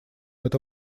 это